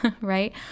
right